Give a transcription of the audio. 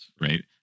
Right